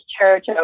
church